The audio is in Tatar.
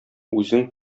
үзең